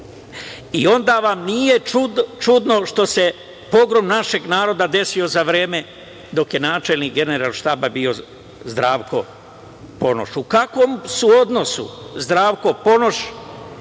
i onda vam nije čudno što se pogrom našeg naroda desio za vreme dok je načelnik Generalštaba bio Zdravko Ponoš. U kakvom su odnosu Zdravko Ponoš